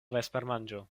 vespermanĝo